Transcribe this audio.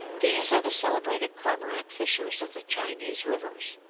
these are the celebrated cormorant fishers of the chinese rivers.